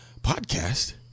podcast